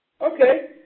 Okay